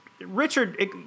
Richard